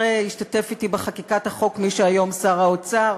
השתתף אתי בחקיקת החוק מי שהוא היום שר האוצר,